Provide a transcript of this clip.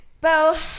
Bo